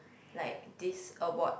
like this award